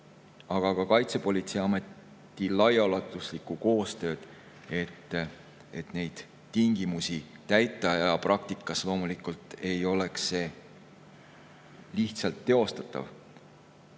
ja ka Kaitsepolitseiameti laiaulatuslikku koostööd, et neid tingimusi täita, ja praktikas ei oleks see loomulikult lihtsalt teostatav.